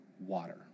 water